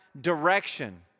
direction